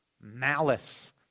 malice